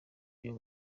byo